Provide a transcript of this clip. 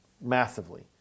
massively